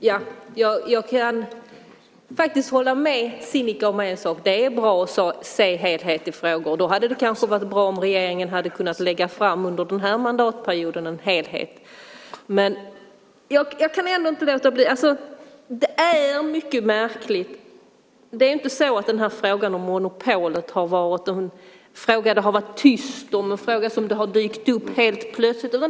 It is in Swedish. Fru talman! Jag kan faktiskt hålla med om en sak med Sinikka Bohlin. Det är bra att se helheter i frågor. Det hade varit bra om regeringen hade kunnat lägga fram under den här mandatperioden en proposition med en helhetssyn. Jag kan ändå inte låta bli att säga att detta är mycket märkligt. Det är inte så att det har varit tyst om monopol. Det är inte en fråga som har dykt upp helt plötsligt.